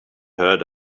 heard